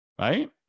Right